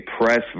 press